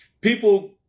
people